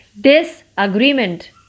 disagreement